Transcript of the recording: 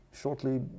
shortly